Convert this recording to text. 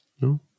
No